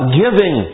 giving